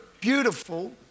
beautiful